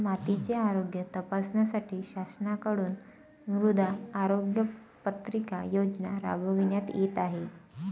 मातीचे आरोग्य तपासण्यासाठी शासनाकडून मृदा आरोग्य पत्रिका योजना राबविण्यात येत आहे